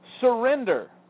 surrender